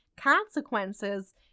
consequences